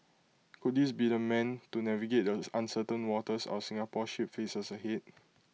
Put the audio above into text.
could this be the man to navigate the uncertain waters our Singapore ship faces ahead